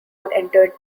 entered